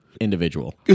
individual